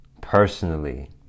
personally